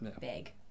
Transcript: big